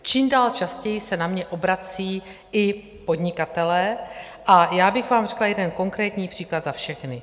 Čím dál častěji se na mě obracejí i podnikatelé, a já bych vám řekla jeden konkrétní příklad za všechny.